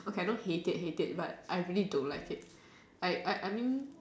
okay I don't hate it hate it but I really don't like it like like I mean